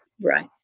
right